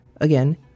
again